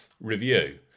review